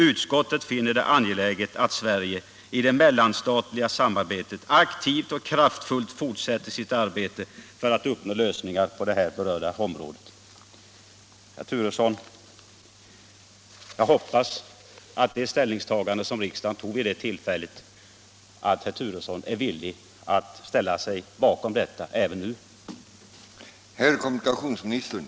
Utskottet finner det angeläget att Sverige i det mellanstatliga samarbetet aktivt och kraftfullt fortsätter sitt arbete på att uppnå lösningar på de här berörda frågorna.” Jag hoppas att herr Turesson är villig att ställa sig bakom detta ställningstagande av riksdagen även nu.